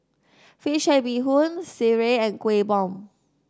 fish head Bee Hoon sireh and Kueh Bom